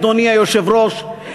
אדוני היושב-ראש,